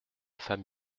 femme